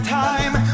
time